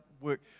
work